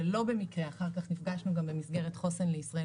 ולא במקרה אחר כך נפגשנו גם במסגרת חוסן לישראל,